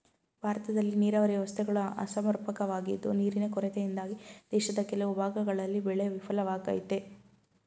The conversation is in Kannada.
ಭಾರತದಲ್ಲಿ ನೀರಾವರಿ ವ್ಯವಸ್ಥೆಗಳು ಅಸಮರ್ಪಕವಾಗಿದ್ದು ನೀರಿನ ಕೊರತೆಯಿಂದಾಗಿ ದೇಶದ ಕೆಲವು ಭಾಗಗಳಲ್ಲಿ ಬೆಳೆ ವಿಫಲವಾಗಯ್ತೆ